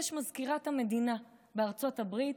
יש מזכירת המדינה בארצות הברית,